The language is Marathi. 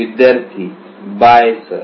विद्यार्थी बाय सर